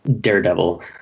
Daredevil